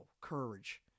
courage